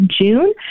June